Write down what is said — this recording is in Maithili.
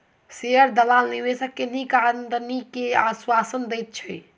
शेयर दलाल निवेशक के नीक आमदनी के आश्वासन दैत अछि